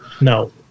No